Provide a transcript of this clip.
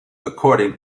according